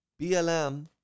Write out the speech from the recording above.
BLM